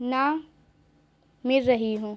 نہ مل رہی ہوں